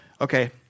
okay